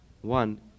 One